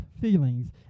feelings